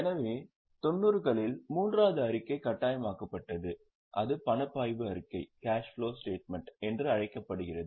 எனவே 90 களில் மூன்றாவது அறிக்கை கட்டாயமாக்கப்பட்டது அது பணப்பாய்வு அறிக்கை என்று அழைக்கப்படுகிறது